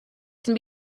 can